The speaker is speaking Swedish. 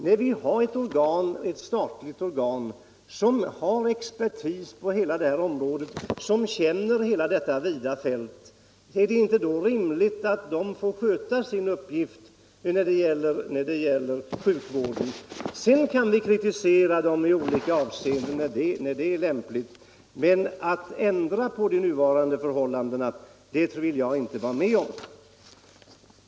När vi har ett = hälsooch sjukvård, statligt organ — socialstyrelsen — som har expertis på hela det här området — m.m. och som känner detta vida fält är det inte då rimligt att socialstyrelsen får sköta sin uppgift när det gäller sjukvården? Sedan kan vi kritisera den i olika avseenden när det är lämpligt, men att ändra på de nuvarande förhållandena vill jag inte vara med om.